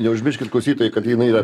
neužmirškit klausytojai kad jinai yra